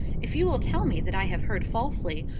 if you will tell me that i have heard falsely,